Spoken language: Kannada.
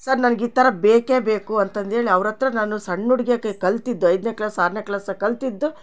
ಸರ್ ನನ್ಗೆ ಇ ಥರ ಬೇಕೇ ಬೇಕು ಅಂತಂದೇಳಿ ಅವ್ರ ಹತ್ರ ನಾನು ಸಣ್ಣುಡ್ಗಿಯಾಕಿ ಕಲ್ತಿದ್ದು ಐದನೇ ಕ್ಲಾಸ್ ಆರನೇ ಕ್ಲಾಸಾಗೆ ಕಲ್ತಿದ್ದು